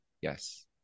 Yes